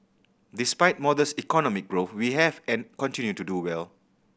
despite modest economic growth we have and continue to do well